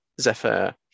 Zephyr